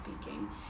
speaking